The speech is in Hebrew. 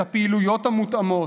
את הפעילויות המותאמות,